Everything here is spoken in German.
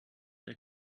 der